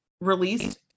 released